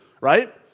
right